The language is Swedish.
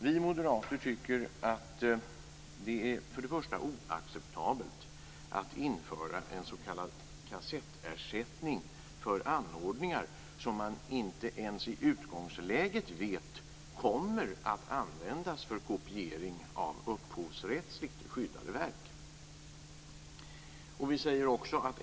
Vi moderater tycker först och främst att det är oacceptabelt att införa en s.k. kassettersättning för anordningar som man inte ens i utgångsläget vet kommer att användas för kopiering av upphovsrättsligt skyddade verk.